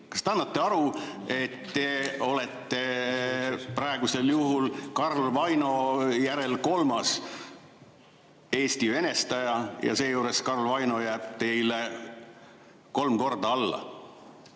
endale aru, et te olete praegusel juhul Karl Vaino järel kolmas Eesti venestaja ja seejuures Karl Vaino jääb teile kolm korda alla?